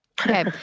Okay